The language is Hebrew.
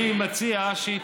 אני מציע שהיא,